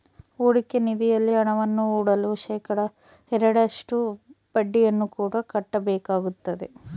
ಹೂಡಿಕೆ ನಿಧಿಯಲ್ಲಿ ಹಣವನ್ನು ಹೂಡಲು ಶೇಖಡಾ ಎರಡರಷ್ಟು ಬಡ್ಡಿಯನ್ನು ಕೂಡ ಕಟ್ಟಬೇಕಾಗುತ್ತದೆ